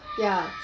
ya